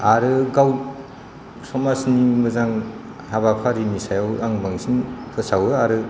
आरो गाव समाजनि मोजां हाबाफारिनि सायाव आं बांसिन फोसावो आरो